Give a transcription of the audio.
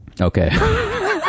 Okay